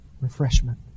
refreshment